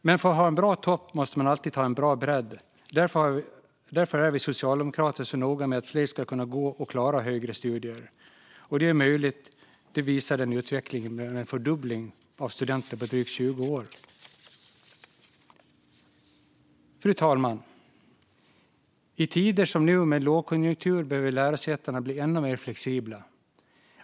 Men för att ha en bra topp måste man alltid ha en bra bredd, och därför är vi socialdemokrater noga med att fler ska kunna delta i och klara högre studier. Och utvecklingen där vi har sett en fördubbling av studenter på drygt 20 år visar att det är möjligt. Fru talman! I tider som dessa, med lågkonjunktur, behöver lärosätena bli ännu mer flexibla.